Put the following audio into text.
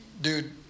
dude